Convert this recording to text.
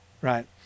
right